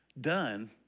done